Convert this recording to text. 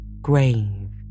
grave